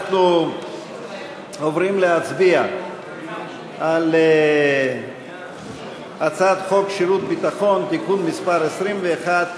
אנחנו עוברים להצביע על הצעת חוק שירות ביטחון (תיקון מס' 21),